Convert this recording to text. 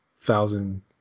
Thousand